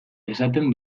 esaten